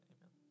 Amen